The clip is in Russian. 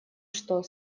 что